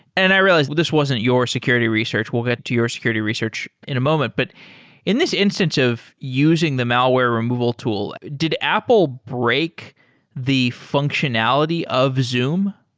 and i realized, this wasn't your security research. we'll get to your security research in a moment. but in this instance of using the malware removal tool, did apple break the functionality of zoom?